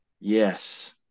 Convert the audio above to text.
Yes